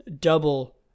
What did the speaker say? double